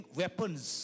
weapons